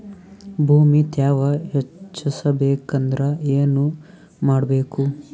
ಭೂಮಿ ತ್ಯಾವ ಹೆಚ್ಚೆಸಬೇಕಂದ್ರ ಏನು ಮಾಡ್ಬೇಕು?